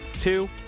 two